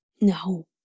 No